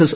S